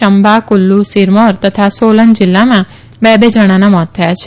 ચંબા કુલ્લુ સિરમોર તથા સોલન જીલ્લામાં બે બે જણાનાં મોત થયાં છે